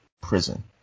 prison